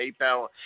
PayPal